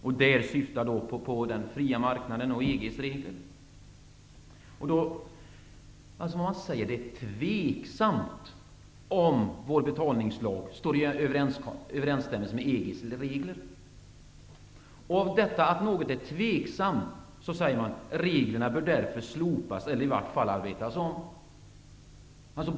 Detta syftar på den fria marknaden och EG:s regler. Man säger att det är tveksamt om vår betalningslag står i överensstämmelse med EG:s regler. Att någonting är tveksamt gör att regeringen säger att reglerna därför bör slopas eller i vart fall arbetas om.